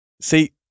See